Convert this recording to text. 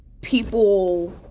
people